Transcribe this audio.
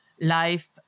life